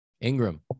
Ingram